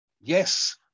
Yes